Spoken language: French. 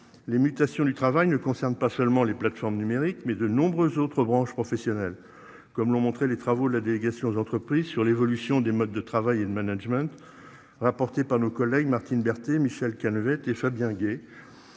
Les mutations du travail ne concerne pas seulement les plateformes numériques, mais de nombreuses autres branches professionnelles comme l'ont montré les travaux de la délégation aux entreprises sur l'évolution des modes de travail et de management. Rapportée par nos collègues Martine Berthet Michel qui a et Fabien Gay.